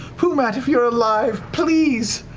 pumat, if you're alive, please,